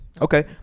Okay